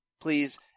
please